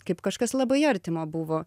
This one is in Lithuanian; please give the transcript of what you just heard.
kaip kažkas labai artimo buvo